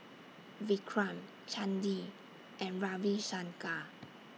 Vikram Chandi and Ravi Shankar